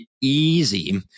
easy